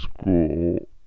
School